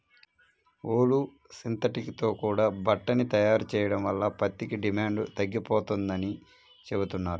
ఊలు, synthetic తో కూడా బట్టని తయారు చెయ్యడం వల్ల పత్తికి డిమాండు తగ్గిపోతందని చెబుతున్నారు